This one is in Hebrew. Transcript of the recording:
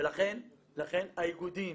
לכן האיגודים